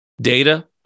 data